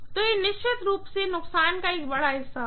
तो यह निश्चित रूप से नुकसान का एक बड़ा हिस्सा होगा